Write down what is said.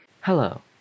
Hello